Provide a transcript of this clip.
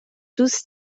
دوست